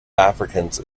africans